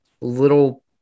little